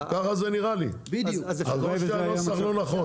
ככה נראה לי, ואולי הנוסח לא נכון.